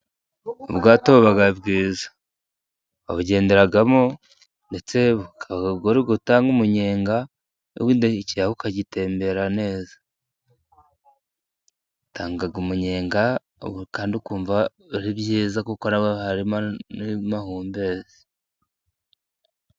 Ubwato buba bwiza, babugenderamo, ndetse bukaba buri gutanga umuyenga, ikiyaga ukagitembera neza. Butanga umunyenga kandi ukumva ari byiza, kuko haba harimo n'amahumbezi.